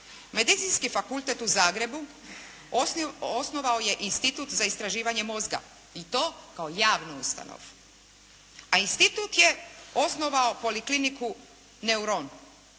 Medicinski fakultet u Zagrebu osnovao je Institut za istraživanje mozga i to kao javnu ustanovu, a institut je osnovao Polikliniku "Neuron"